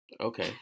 Okay